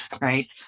Right